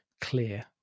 clear